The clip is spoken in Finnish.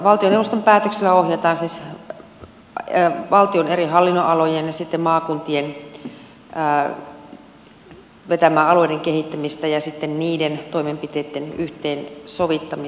valtioneuvoston päätöksellä ohjataan siis valtion eri hallinnonalojen ja maakuntien vetämää alueiden kehittämistä ja sitten niiden toimenpiteitten yhteensovittamista